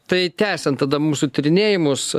tai tęsiant tada mūsų tyrinėjimus